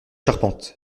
charpente